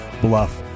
Bluff